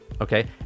okay